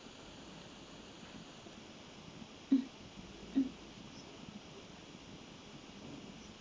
mm mm